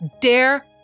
dare